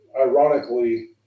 ironically